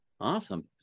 Awesome